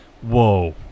Whoa